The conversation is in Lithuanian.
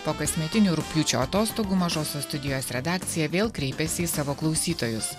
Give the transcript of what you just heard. po kasmetinių rugpjūčio atostogų mažosios studijos redakcija vėl kreipėsi į savo klausytojus